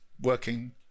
working